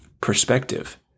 perspective